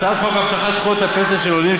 הצעת חוק הבטחת זכויות הפנסיה של עולים,